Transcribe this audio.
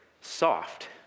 soft